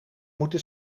moeten